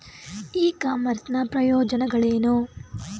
E commerce ನ ಪ್ರಯೋಜನಗಳೇನು?